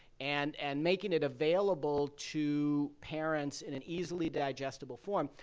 and and making it available to parents in an easily digestible form.